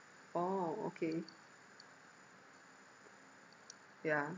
orh okay yeah